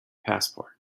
passport